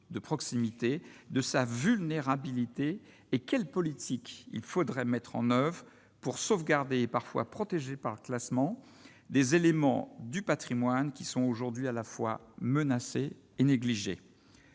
de proximité, de sa vulnérabilité et quelle politique il faudrait mettre en oeuvre pour sauvegarder parfois protégés par classement des éléments du Patrimoine qui sont aujourd'hui à la fois menacé et négligé.